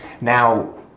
Now